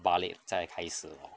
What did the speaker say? ballet 在开始 hor